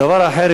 הדבר האחר,